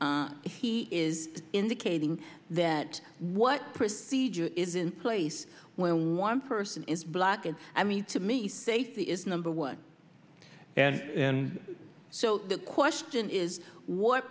he is indicating that what procedure is in place when one person is black and i mean to me safety is number one and so the question is what